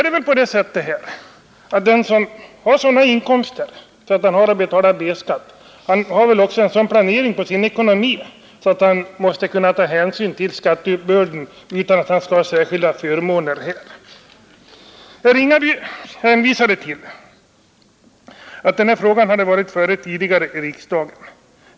Den som har sådana inkomster att han skall betala B-skatt, han har väl också en sådan planering av sin ekonomi att han måste kunna ta hänsyn till skatteuppbörden utan att han skall ha särskilda förmåner. Herr Ringaby hänvisade till att denna fråga hade behandlats tidigare av riksdagen.